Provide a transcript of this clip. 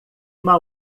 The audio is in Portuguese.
uma